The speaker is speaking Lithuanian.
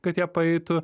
kad jie praeitų